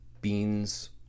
beans